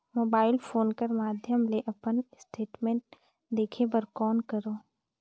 Mobile phone कर माध्यम ले अपन स्टेटमेंट देखे बर कौन करों?